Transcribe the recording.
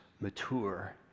mature